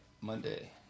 Monday